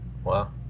Wow